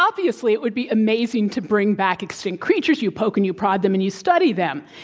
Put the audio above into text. obviously, it would be amazing to bring back extinct creatures. you poke and you prod them and you study them.